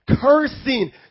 cursing